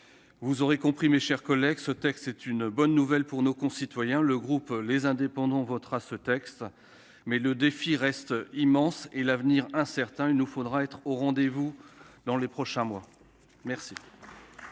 Vous l'aurez compris, mes chers collègues, ce texte est une bonne nouvelle pour les Français. Le groupe Les Indépendants le votera, mais les défis restent immenses et l'avenir incertain : il nous faudra être au rendez-vous dans les prochains mois. La